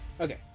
Okay